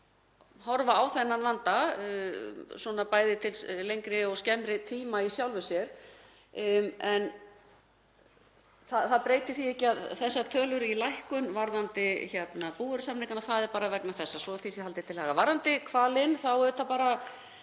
horfa á þennan vanda bæði til lengri og skemmri tíma í sjálfu sér. En það breytir ekki þessum tölum í lækkun varðandi búvörusamningana, það er bara vegna þessa svo því sé haldið til haga. Varðandi hvalinn þá er það svo